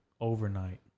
overnight